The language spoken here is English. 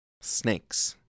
snakes